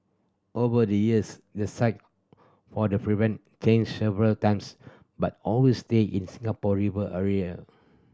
over the years the site for the prevent changed several times but always stayed in Singapore River area